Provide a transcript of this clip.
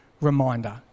reminder